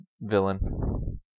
Villain